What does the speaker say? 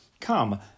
Come